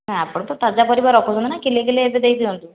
ଆପଣ ତ ତାଜା ପାରିବ ରଖୁଛନ୍ତି ନାଁ କିଲେ କିଲେ ଏବେ ଦେଇଦିଅନ୍ତୁ